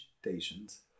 stations